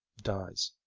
dies.